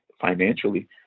financially